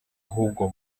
ahubwo